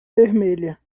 vermelha